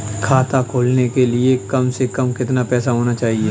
खाता खोलने के लिए कम से कम कितना पैसा होना चाहिए?